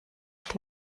ich